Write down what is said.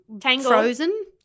Frozen